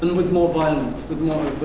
and with more violence with more